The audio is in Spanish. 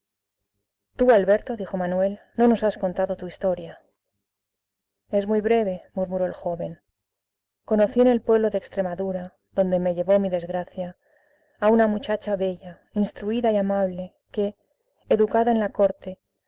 tú alberto dijo manuel no nos has contado tu historia es muy breve murmuró el joven conocí en el pueblo de extremadura donde me llevó mi desgracia a una muchacha bella instruida y amable que educada en la corte